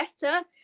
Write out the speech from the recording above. better